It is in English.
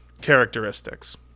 characteristics